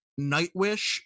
Nightwish